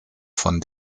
von